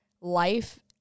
life